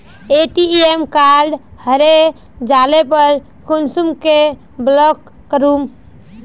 ATM card हरे जाले पर कुंसम के ब्लॉक करूम?